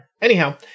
Anyhow